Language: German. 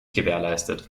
gewährleistet